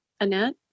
Annette